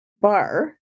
bar